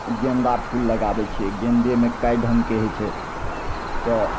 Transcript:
गेन्दा फूल लगाबै छिए गेन्देमे कै ढङ्गके होइ छै तऽ